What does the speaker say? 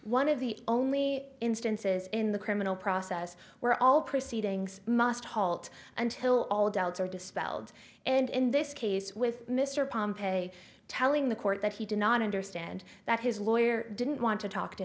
one of the only instances in the criminal process where all proceedings must halt until all adults are dispelled and in this case with mr pompei telling the court that he did not understand that his lawyer didn't want to talk to